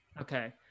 Okay